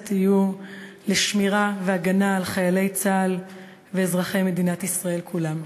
יהיו לשמירה והגנה על חיילי צה"ל ואזרחי מדינת ישראל כולם.